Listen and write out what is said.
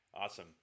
Awesome